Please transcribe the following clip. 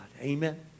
Amen